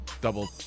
double